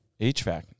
HVAC